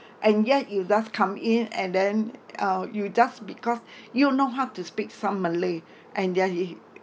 and yet you just come in and then uh you just because you know how to speak some malay and then you